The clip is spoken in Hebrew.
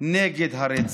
נגד הרצח.